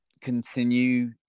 continue